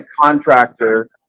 contractor